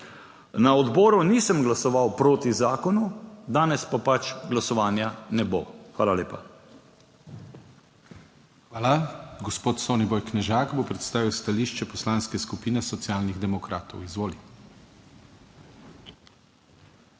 Na odboru nisem glasoval proti zakonu, danes pa pač glasovanja ne bo. Hvala lepa. PODPREDSEDNIK DANIJEL KRIVEC: Hvala. Gospod Soniboj Knežak bo predstavil stališče Poslanske skupine Socialnih demokratov. Izvoli.